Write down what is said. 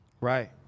Right